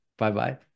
Bye-bye